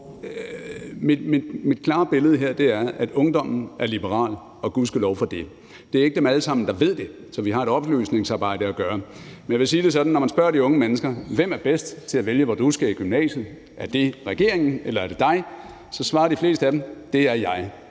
Mit klare billede her er, at ungdommen er liberal, og gudskelov for det. Det er ikke dem alle sammen, der ved det, så vi har et oplysningsarbejde at gøre. Jeg vil sige det sådan, at når vi spørger de unge mennesker om, hvem der er bedst til at vælge, hvor de skal i gymnasiet, om det er regeringen eller dem, så svarer de fleste af dem: Det er jeg.